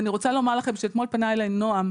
ואני רוצה לומר לכם שאתמול פנה אליי נועם,